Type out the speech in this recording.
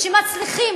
שמצליחים,